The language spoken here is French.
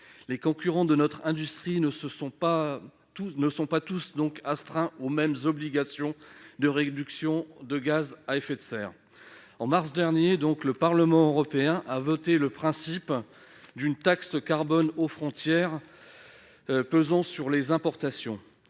Les concurrents de notre industrie ne sont pas tous astreints aux mêmes obligations de réduction de gaz à effet de serre. En mars dernier, le Parlement européen a voté le principe d'une taxe carbone aux frontières pesant sur les importations.